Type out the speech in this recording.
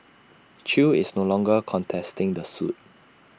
chew is no longer contesting the suit